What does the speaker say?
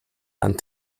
and